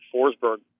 Forsberg